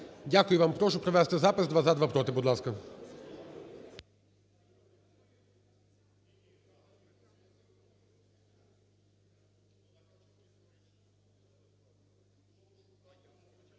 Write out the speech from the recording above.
Дякую вам. Прошу провести запис: два – за, два – проти, будь ласка.